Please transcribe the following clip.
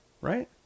right